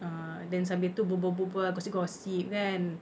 ah then sambil tu berbual berbual gossip gossip kan